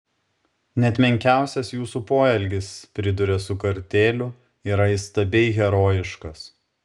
net menkiausias jūsų poelgis priduria su kartėliu yra įstabiai herojiškas